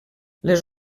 les